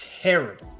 terrible